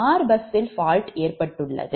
r பஸ்ஸில் fault ஏற்பட்டுள்ளது